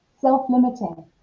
self-limiting